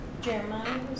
Jeremiah